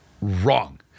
Wrong